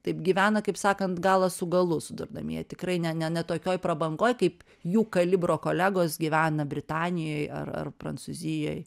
taip gyvena kaip sakant galą su galu sudurdami jie tikrai ne ne ne tokioj prabangoj kaip jų kalibro kolegos gyvena britanijoj ar ar prancūzijoj